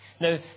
Now